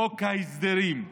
חוק ההסדרים,